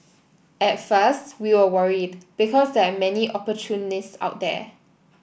at first we were worried because there are many opportunists out there